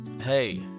Hey